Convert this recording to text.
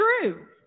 true